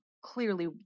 clearly